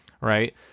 right